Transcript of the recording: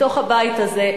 מתוך הבית הזה,